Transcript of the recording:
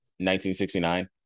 1969